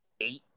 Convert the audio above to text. eight